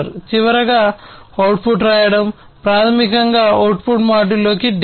చివరగా అవుట్పుట్ రాయడం ప్రాథమికంగా అవుట్పుట్ మాడ్యూల్ లోకి డేటా